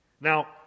Now